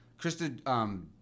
Krista